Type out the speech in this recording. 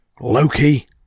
Loki